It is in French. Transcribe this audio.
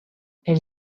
elle